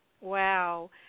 Wow